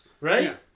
Right